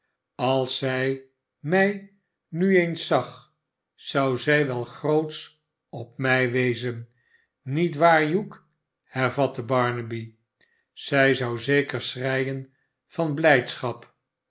als zij mij nu eens zag zou zij wel grootsch op mij wezen niet waar hugh hervatte barnaby zij zou zeker schreien van blijdschap